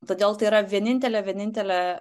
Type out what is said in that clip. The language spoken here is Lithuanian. todėl tai yra vienintelė vienintelė